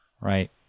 right